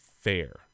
fair